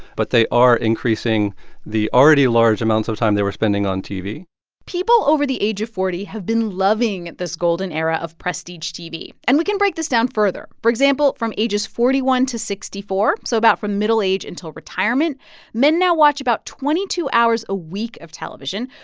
but they are increasing the already large amounts of time they were spending on tv people over the age of forty have been loving this golden era of prestige tv. and we can break this down further. for example, from ages forty one to sixty four so about from middle age until retirement men now watch about twenty two hours a week of television.